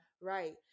Right